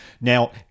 Now